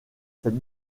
cette